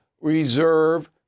reserve